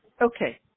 Okay